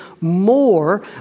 more